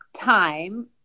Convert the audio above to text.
time